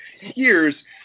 years